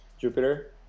Jupiter